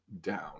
down